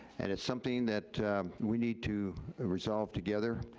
and it's something that we need to resolve together,